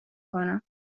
کنم